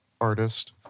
artist